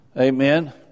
Amen